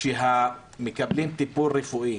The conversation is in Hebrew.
שמקבלים טיפול רפואי